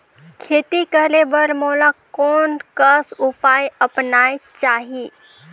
खेती करे बर मोला कोन कस उपाय अपनाये चाही?